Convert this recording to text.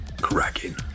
cracking